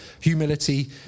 humility